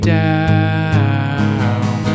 down